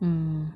mm